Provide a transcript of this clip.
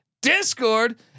discord